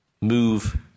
move